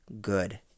good